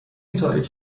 تاریک